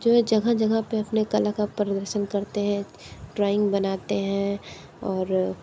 जो जगह जगह पे अपने कला का प्रदर्शन करते हैं ड्राइंग बनाते हैं और